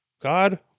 God